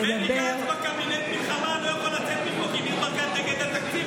בני גנץ בקבינט מלחמה ולא יכול לצאת מפה כי ניר ברקת נגד התקציב,